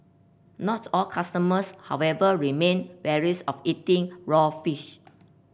not all customers however remain wary of eating raw fish